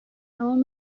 تمام